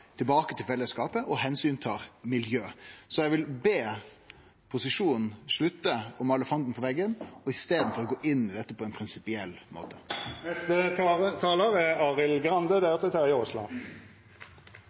tilbake til fellesskapet, og som tar omsyn til miljøet. Så eg vil be posisjonen slutte å male fanden på veggen og i staden gå inn i dette på ein prinsipiell